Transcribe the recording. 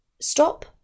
Stop